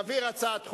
להעביר הצעת חוק.